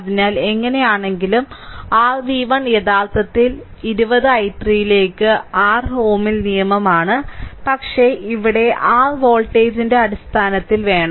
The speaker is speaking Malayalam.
അതിനാൽ എങ്ങനെയാണെങ്കിലും r v1 യഥാർത്ഥത്തിൽ 20 i3 ലേക്ക് r Ωs നിയമമാണ് പക്ഷേ ഇവിടെ r വോൾട്ടേജിന്റെ അടിസ്ഥാനത്തിൽ വേണം